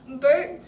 Bert